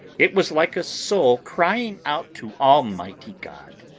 it was like a soul crying out to almighty god.